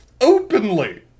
openly